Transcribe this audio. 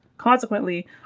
Consequently